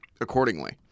accordingly